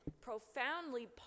profoundly